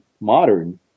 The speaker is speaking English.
modern